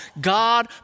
God